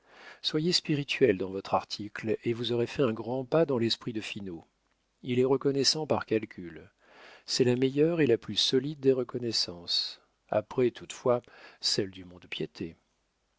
soyez spirituel dans votre article et vous aurez fait un grand pas dans l'esprit de finot il est reconnaissant par calcul c'est la meilleure et la plus solide des reconnaissances après toutefois celles du mont-de-piété